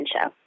show